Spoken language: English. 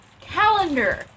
calendar